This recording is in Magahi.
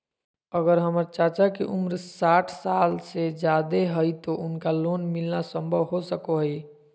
अगर हमर चाचा के उम्र साठ साल से जादे हइ तो उनका लोन मिलना संभव हो सको हइ?